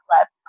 left